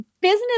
business